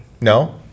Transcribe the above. No